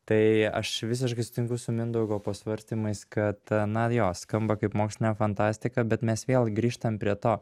tai aš visiškai sutinku su mindaugo pasvarstymais kad na jo skamba kaip mokslinė fantastika bet mes vėl grįžtam prie to